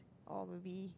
or will be